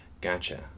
gotcha